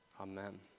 amen